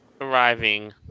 arriving